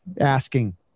asking